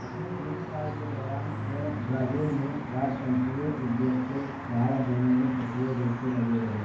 अपने जीवनकाल के दौरान वे ब्राजील में राजतंत्रीय उद्देश्य को बढ़ावा देने में सक्रिय रूप से लगे रहे